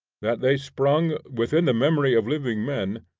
that they sprung, within the memory of living men,